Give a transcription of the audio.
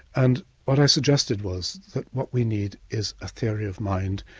and what i suggested was that what we need is a theory of mind,